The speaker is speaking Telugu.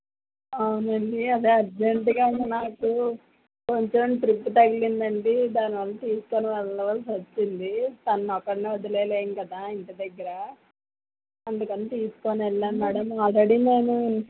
అవునండి అదే అర్జెంట్గా నాకు కొంచెం ట్రిప్ తగిలిందండి దానివల్ల తీసుకుని వెళ్ళవలసి వచ్చింది తన్ని ఒక్కడినే వదిలేయలేం కదా ఇంటి దగ్గర అందుకని తీసుకోనెళ్ళాం మ్యాడమ్ ఆల్రెడీ మేము